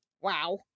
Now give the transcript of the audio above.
Wow